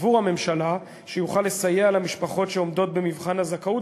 עבור הממשלה שיוכל לסייע למשפחות שעומדות במבחן הזכאות,